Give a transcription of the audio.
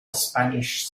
spanish